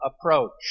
approach